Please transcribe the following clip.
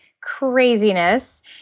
Craziness